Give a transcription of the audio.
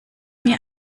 mir